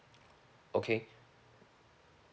okay